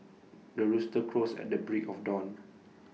the rooster crows at the break of dawn